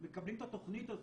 מקבלים את התוכנית הזאת.